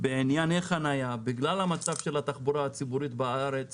בענייני חנייה בגלל המצב של התחבורה הציבורית בארץ